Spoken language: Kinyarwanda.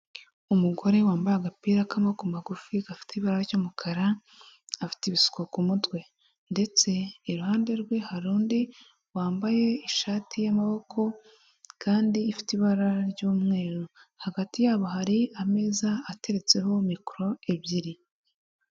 Umugore wambaye agapira k'amaboko magufi gafite ibara ry'umukara, afite ibisuko ku mutwe ndetse iruhande rwe hari undi wambaye ishati y'amaboko kandi ifite ibara ry'umweru, hagati yabo hari ameza ateretseho mikoro ebyiri.